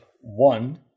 one